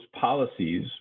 policies